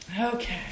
Okay